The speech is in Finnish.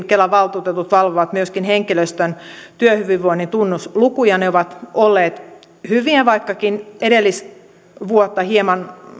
kelan valtuutetut valvovat myöskin henkilöstön työhyvinvoinnin tunnuslukuja ne ovat olleet hyviä vaikkakin edellisvuotta hieman